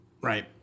Right